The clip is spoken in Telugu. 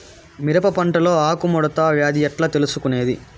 మిరప పంటలో ఆకు ముడత వ్యాధి ఎట్లా తెలుసుకొనేది?